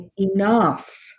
enough